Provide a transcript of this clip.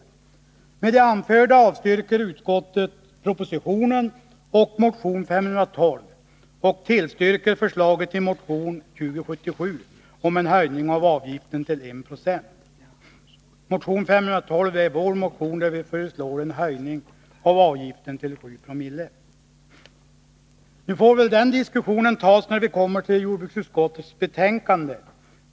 Fortsättningen lyder: ”Med det anförda avstyrker utskottet propo sitionen och motion 512 och tillstyrker förslaget i motion 2077 om en höjning av avgiften till I 90.” Motion 512 är vår motion, och vi föreslår där en höjning av avgiften till 7900. Nu får väl frågan diskuteras när vi kommer till jordbruksutskottets betänkande.